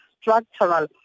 structural